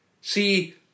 See